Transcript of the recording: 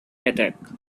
attack